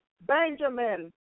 Benjamin